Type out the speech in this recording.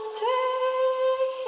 take